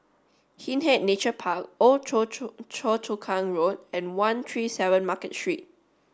Hindhede Nature Park Old Choa Chu Choa Chu Kang Road and one three seven Market Street